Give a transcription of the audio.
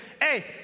hey